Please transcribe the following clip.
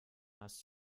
hast